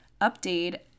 update